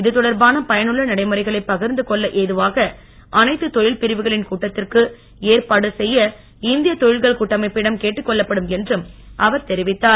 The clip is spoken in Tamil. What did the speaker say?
இது தொர்பான பயனுள்ள நடைமுறைகளை பகிர்ந்து கொள்ள ஏதுவாக அனைத்து தொழில் பிரிவுகளின் கூட்டத்திற்கு ஏற்பாடு செய்ய இந்திய தொழில்கள் கூட்டமைப்பிடம் கேட்டுக் கொள்ளப்படும் என்றும் அவர் தெரிவித்தார்